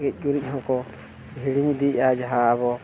ᱜᱮᱡ ᱜᱩᱨᱤᱡ ᱦᱚᱸᱠᱚ ᱦᱤᱲᱤᱧ ᱤᱫᱤᱭᱮᱜᱼᱟ ᱡᱟᱦᱟᱸ ᱟᱵᱚ